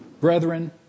Brethren